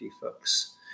folks